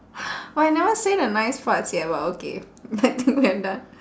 but I never say the nice parts yet but okay I think we're done